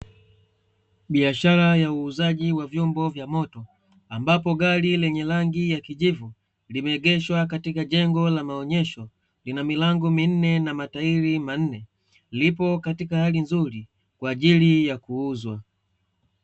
Biashara ya uuzaji wa vyombo vya moto ambapo gari lenye rangi ya kijivu limeegeshwa katika jengo la maonyesho lina milango minne na matairi manne, lipo katika hali nzuri kwa ajili ya kuuzwa.